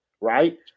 right